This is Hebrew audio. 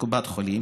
קופת חולים,